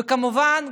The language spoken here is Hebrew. וכמובן,